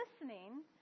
listening